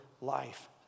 life